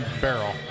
barrel